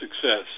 success